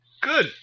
Good